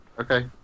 Okay